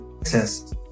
access